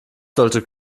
sollte